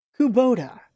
Kubota